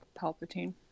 Palpatine